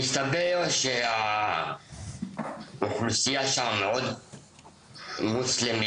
יותר; כשהן יוצאות לחופשה לאחר שנה או שנתיים אף אחד לא דואג לי